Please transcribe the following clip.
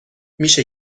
میشه